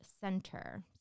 center